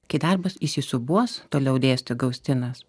kai darbas įsisiūbuos toliau dėstė gaustinas